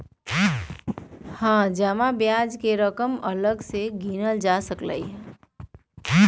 जमा ब्याज के रकम के ब्याज के हिसाब से गिनल जा सका हई